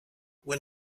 when